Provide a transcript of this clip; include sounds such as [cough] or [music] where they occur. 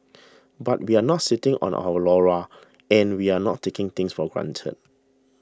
[noise] but we're not sitting on our laurels and we're not taking things for granted